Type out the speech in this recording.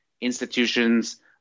institutions